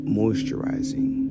moisturizing